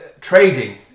trading